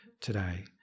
today